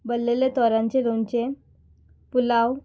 भरल्लेले तोरांचें लोणचे पुलाव